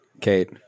Kate